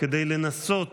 כדי לנסות